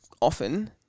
often